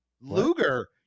Luger